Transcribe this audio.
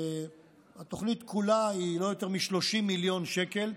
התוכנית כולה היא לא יותר מ-30 מיליון שקל,